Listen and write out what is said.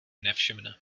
nevšimne